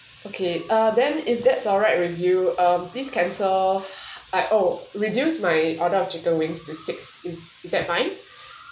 okay uh then if that's alright with you um please cancel I oh reduce my order of chicken wings to six is is that fine